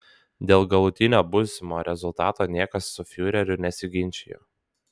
dėl galutinio būsimo rezultato niekas su fiureriu nesiginčijo